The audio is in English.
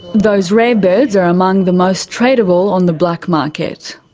those rare birds are among the most tradeable on the black market.